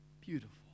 beautiful